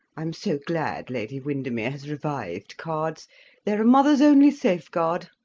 i'm so glad lady windermere has revived cards they're a mother's only safeguard.